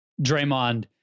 Draymond